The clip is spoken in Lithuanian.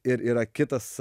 ir yra kitas